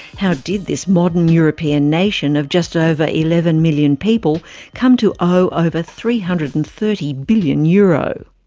how did this modern european nation of just over eleven million people come to owe over three hundred and thirty billion euro?